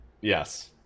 Yes